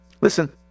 Listen